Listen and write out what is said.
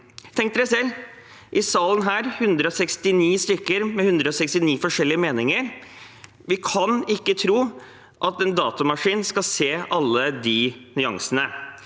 Tenk dere selv: I salen her er det 169 stykker med 169 forskjellige meninger. Vi kan ikke tro at en datamaskin skal se alle de nyansene.